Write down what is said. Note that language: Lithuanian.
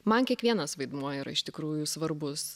man kiekvienas vaidmuo yra iš tikrųjų svarbus